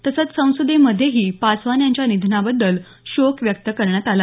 तसंच संसदेमध्येही पासवान यांच्या निधनाबद्दल शोक व्यक्त करण्यात आला